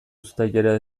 uztailera